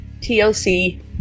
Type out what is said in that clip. TLC